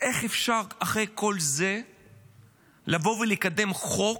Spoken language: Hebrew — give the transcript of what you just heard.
ואיך אפשר אחרי כל זה לבוא ולקדם חוק,